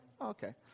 okay